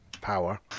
power